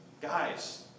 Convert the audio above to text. guys